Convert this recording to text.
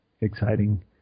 exciting